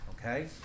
okay